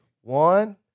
One